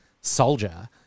soldier